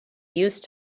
used